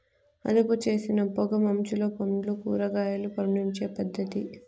అదుపుచేసిన పొగ మంచులో పండ్లు, కూరగాయలు పండించే పద్ధతి